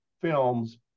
films